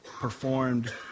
performed